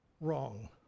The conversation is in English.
wrong